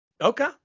Okay